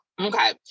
Okay